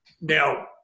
Now